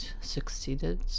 succeeded